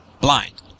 blind